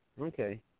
Okay